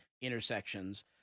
intersections